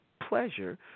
pleasure